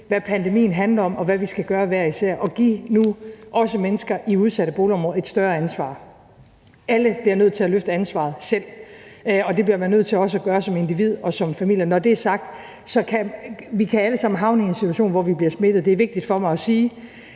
hvad pandemien handler om, og hvad vi hver især skal gøre. Giv nu også mennesker i udsatte boligområder et større ansvar! Alle bliver nødt til selv at løfte ansvaret. Det bliver man også nødt til at gøre som individ og som familie. Når det er sagt, kan vi alle sammen havne i en situation, hvor vi bliver smittet. Det er vigtigt for mig at sige.